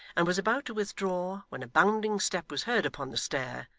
and was about to withdraw, when a bounding step was heard upon the stair,